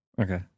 Okay